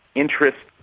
interests,